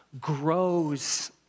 grows